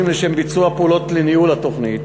לשם ביצוע פעולות לניהול התוכנית,